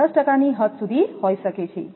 આ 10 ટકાની હદ સુધી હોઈ શકે છે